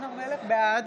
בעד